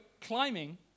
climbing